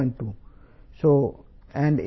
3